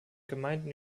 gemeinden